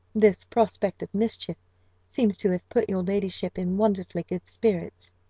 this prospect of mischief seems to have put your ladyship in wonderfully good spirits,